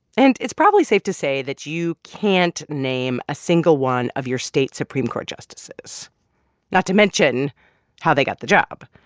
and it's probably safe to say that you can't name a single one of your state supreme court justices not to mention how they got the job.